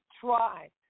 try